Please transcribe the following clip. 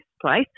place